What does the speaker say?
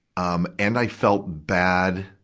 um, and i felt bad,